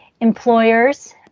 employers